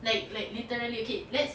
like like literally okay let's